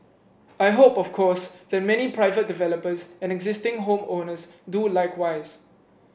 I hope of course that many private developers and existing home owners do likewise